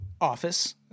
Office